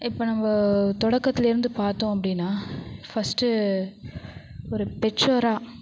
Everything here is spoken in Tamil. இப்போ நம்ப தொடக்கத்துலருந்து பார்த்தோம் அப்படின்னா ஃபர்ஸ்ட்டு ஒரு பெற்றோராக